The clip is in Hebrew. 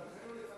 למה ניצן חן?